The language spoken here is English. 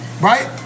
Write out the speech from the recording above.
right